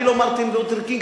אני לא מרטין לותר קינג,